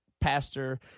pastor